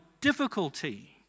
difficulty